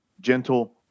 gentle